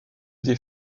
des